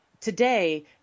today